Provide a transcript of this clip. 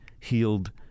healed